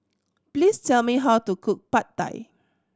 please tell me how to cook Pad Thai